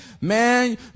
man